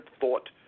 thought